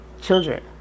children